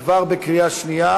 עברה בקריאה שנייה.